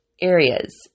areas